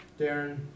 Darren